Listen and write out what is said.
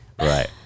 Right